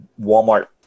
Walmart